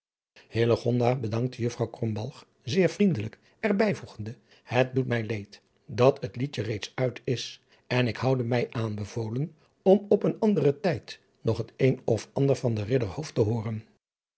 bedankte juffrouw krombalg zeer vriendelijk er bij voegende het doet mij leed dat het liedje reeds uit is en ik houde mij aanbevolen om op een anderen tijd nog het een of ander van den ridder hooft te hooren